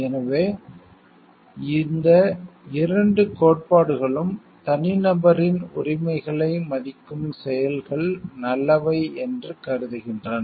எனவே இந்த இரண்டு கோட்பாடுகளும் தனிநபரின் உரிமைகளை மதிக்கும் செயல்கள் நல்லவை என்று கருதுகின்றன